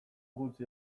gutxi